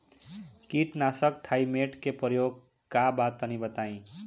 कीटनाशक थाइमेट के प्रयोग का बा तनि बताई?